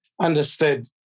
Understood